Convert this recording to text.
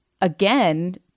again